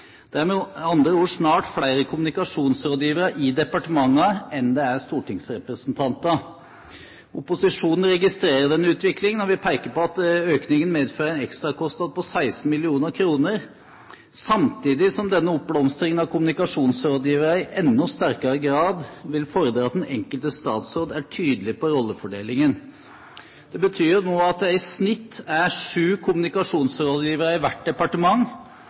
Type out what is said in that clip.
Det er med andre ord snart flere kommunikasjonsrådgivere i departementene enn det er stortingsrepresentanter. Opposisjonen registrerer denne utviklingen, og vil peke på at denne økningen medfører en ekstra kostnad på 16 mill. kr, samtidig som denne oppblomstringen av kommunikasjonsrådgivere i enda sterkere grad vil fordre at den enkelte statsråd er tydelig på rollefordelingen. Det betyr at det i snitt nå er sju kommunikasjonsrådgivere i hvert departement.